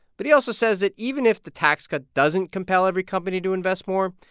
but he also says that even if the tax cut doesn't compel every company to invest more,